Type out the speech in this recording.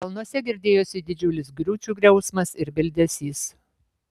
kalnuose girdėjosi didžiulis griūčių griausmas ir bildesys